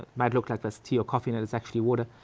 might look like there's tea or coffee in it, it's actually water.